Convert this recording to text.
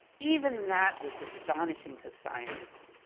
even that was astonishing to scientists.